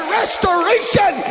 restoration